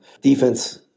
Defense